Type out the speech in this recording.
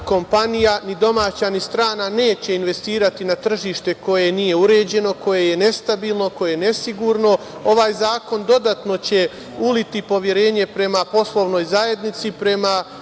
kompanija ni domaća ni strana neće investirati na tržište koje nije uređeno, koje je nestabilno, koje je nesigurno. Ovaj zakon dodatno će uliti poverenje prema poslovnoj zajednici, prema